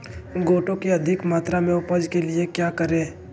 गोटो की अधिक मात्रा में उपज के लिए क्या करें?